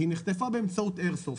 היא נחטפה באמצעות איירסופט.